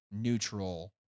neutral